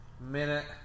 minute